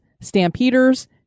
stampeders